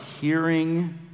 hearing